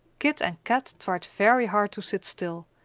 kit and kat tried very hard to sit still,